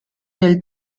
del